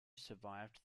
survived